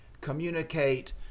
communicate